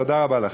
תודה רבה לכם.